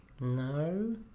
No